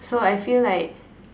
so I feel like